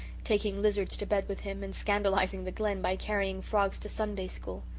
taking lizards to bed with him, and scandalizing the glen by carrying frogs to sunday school.